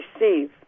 receive